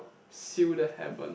seal the heaven